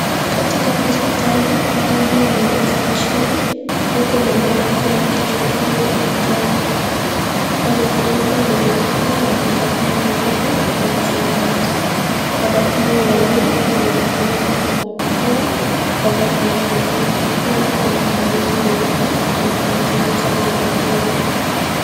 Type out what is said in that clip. Katika hospitali mgonjwa amelazwa chini huku meno yake yakichunguzwa na daktari. Amefunikwa kwenye kifua na kitambaa nyeupe na ya samawati. Madaktari wawili wamejifunika kwa barakoa pamoja na kofia. Pia wana kabuti nyeupe wanapomchunguza mgonjwa huyu.